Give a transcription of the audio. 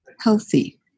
healthy